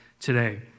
today